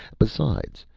besides,